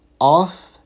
Off